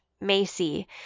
Macy